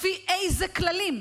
לפי איזה כללים?